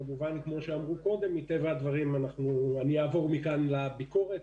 ומכאן אני אעבור לביקורת.